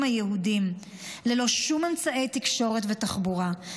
היהודיים ללא שום אמצעי תקשורת ותחבורה,